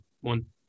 one